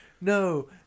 no